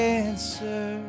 answer